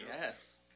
Yes